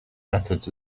methods